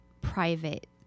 private